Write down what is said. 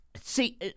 See